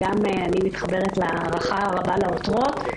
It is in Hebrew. גם אני מתחברת להערכה הרבה לעותרות.